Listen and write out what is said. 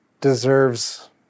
deserves